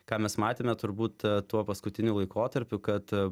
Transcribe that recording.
ką mes matėme turbūt tuo paskutiniu laikotarpiu kad